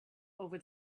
over